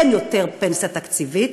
אין יותר פנסיה תקציבית.